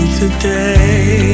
today